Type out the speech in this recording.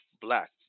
black